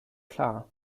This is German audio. klar